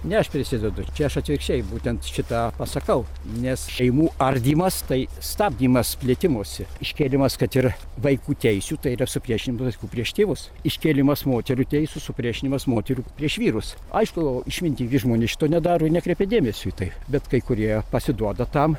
ne aš prisidedu čia aš atvirkščiai būtent šitą pasakau nes šeimų ardymas tai stabdymas plėtimosi iškėlimas kad ir vaikų teisių tai yra supriešintų vaikų prieš tėvus iškėlimas moterų teisių supriešinimas moterų prieš vyrus aišku išmintingi žmonės šito nedaro ir nekreipia dėmesio į tai bet kai kurie pasiduoda tam